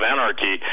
Anarchy